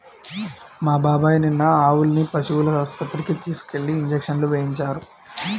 మా బాబాయ్ నిన్న ఆవుల్ని పశువుల ఆస్పత్రికి తీసుకెళ్ళి ఇంజక్షన్లు వేయించారు